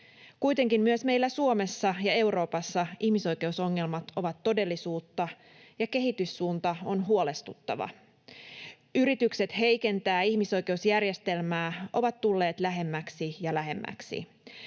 Kuitenkin myös meillä Suomessa ja Euroopassa ihmisoikeusongelmat ovat todellisuutta ja kehityssuunta on huolestuttava. Yritykset heikentää ihmisoikeusjärjestelmää ovat tulleet lähemmäksi ja lähemmäksi.